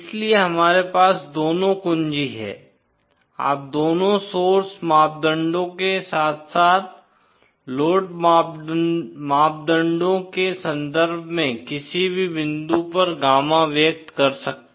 इसलिए हमारे पास दोनों कुंजी हैं आप दोनों सोर्स मापदंडों के साथ साथ लोड मापदंडों के संदर्भ में किसी भी बिंदु पर गामा व्यक्त कर सकते हैं